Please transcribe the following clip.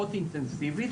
פחות אינטנסיבית,